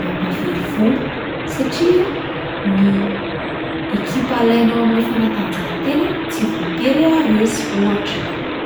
mampavery vola satria ny ekipa alainao amin'ilay fantanjahantena tsy voatery haharesy ohatra.